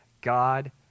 God